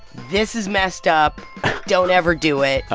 this is messed up don't ever do it,